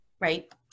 right